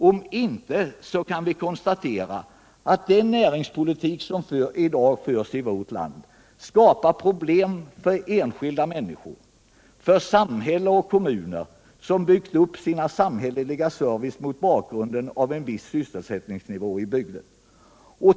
Om inte kan vi konstatera att den näringspolitik som i dag förs i vårt land skapar problem för enskilda människor samt för samhällen och kommuner, som har byggt upp sin samhälleliga service mot bakgrunden av en viss sysselsättningsnivå i bygden.